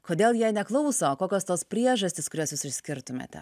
kodėl jie neklauso kokios tos priežastys kurias jūs išskirtumėte